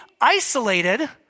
isolated